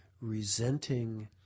resenting